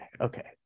Okay